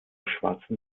schwarzen